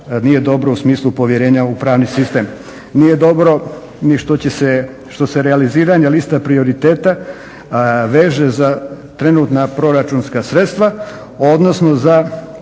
nije dobro u smislu povjerenja u pravni sistem. Nije dobro ni što se realiziranje liste prioriteta veže za trenutna proračunska sredstva, odnosno za